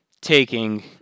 taking